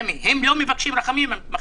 המתמחים.